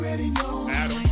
Adam